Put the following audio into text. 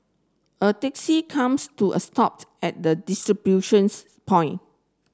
a taxi comes to a stopped at the distribution point